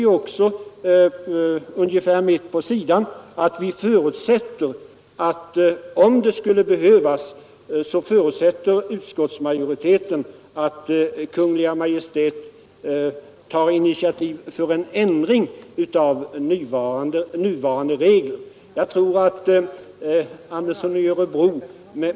Ungefär mitt på samma sida skriver utskottet att utskottet förutsätter att Kungl. Maj:t tar initiativ till en ändring av nuvarande regler för förlusttäckning, om detta skulle behövas.